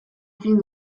egin